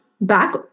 Back